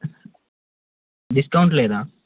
discount లేదా